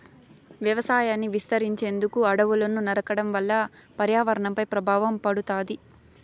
వ్యవసాయాన్ని విస్తరించేందుకు అడవులను నరకడం వల్ల పర్యావరణంపై ప్రభావం పడుతాది